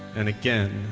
and again.